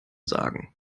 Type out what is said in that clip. sagen